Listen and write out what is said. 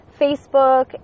Facebook